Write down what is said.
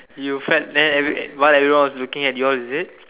you felt like that while everyone was looking at you all is it